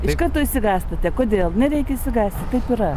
iš karto išsigąstate kodėl nereikia išsigąsti taip yra